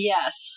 Yes